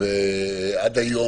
עד היום,